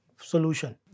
solution